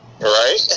right